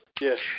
Yes